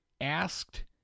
asked